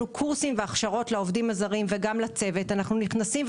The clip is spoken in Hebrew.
קורסים והכשרות לעובדים הזרים וגם לצוות; אנחנו נכנסים,